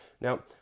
Now